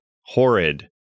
horrid